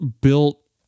built